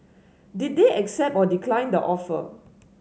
did they accept or decline the offer